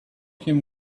him